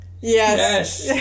Yes